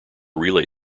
relay